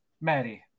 Maddie